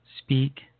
speak